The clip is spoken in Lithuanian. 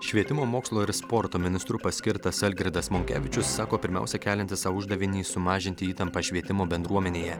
švietimo mokslo ir sporto ministru paskirtas algirdas monkevičius sako pirmiausia keliantis sau uždavinį sumažinti įtampą švietimo bendruomenėje